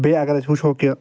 بیٚیہِ اگر أسۍ وٕچھو کہِ